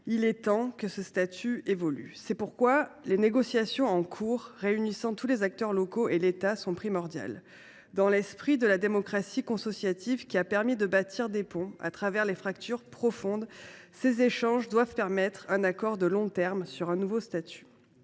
il est temps que ce statut évolue. C’est pourquoi les négociations en cours réunissant tous les acteurs locaux et l’État sont essentielles. Dans l’esprit de la démocratie consociative, qui a permis de bâtir des ponts sur les fractures profondes, ces échanges doivent permettre un accord de long terme sur un nouveau statut